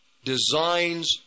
designs